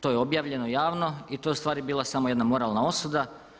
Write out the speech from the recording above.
To je objavljeno javno i to je ustvari bila samo jedna moralna osuda.